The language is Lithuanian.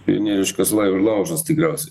pionieriškas laužas tikriausiai